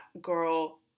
girl